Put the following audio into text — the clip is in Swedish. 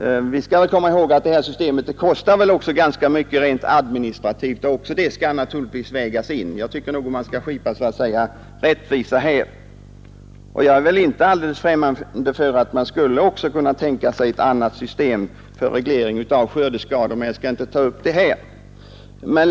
Vi bör komma ihåg att vid sådana grova mätningar bör också de relativt höga administrativa kostnader som finns vägas in. Jag är inte helt främmande för att man skulle kunna tänka sig ett annat system för reglering av skördeskador, men den saken skall jag inte ta upp här.